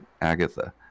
Agatha